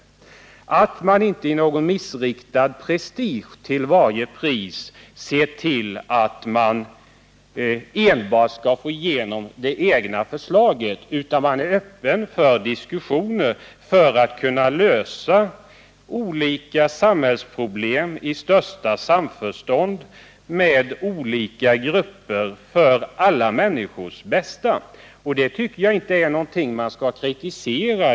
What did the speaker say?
Att regeringen inte av missriktad prestige till varje pris ser till att enbart få igenom egna förslag utan är öppen för diskussioner, för att med olika grupper kunna lösa olika samhällsproblem i största samförstånd för alla människors bästa, tycker jag är något som man inte skall kritisera.